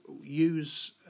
use